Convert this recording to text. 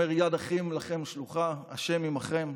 אומר: יד אחים לכם שלוחה, השם עימכם.